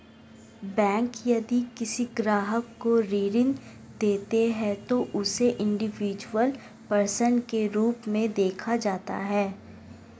bank यदि किसी ग्राहक को ऋण देती है तो उसे इंडिविजुअल पर्सन के रूप में देखा जाता है